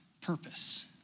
purpose